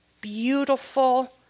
beautiful